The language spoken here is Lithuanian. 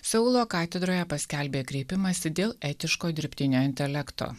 seulo katedroje paskelbė kreipimąsi dėl etiško dirbtinio intelekto